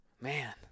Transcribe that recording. Man